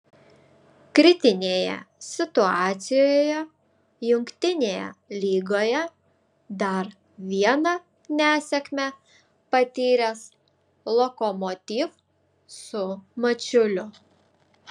kritinėje situacijoje jungtinėje lygoje dar vieną nesėkmę patyręs lokomotiv su mačiuliu